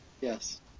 Yes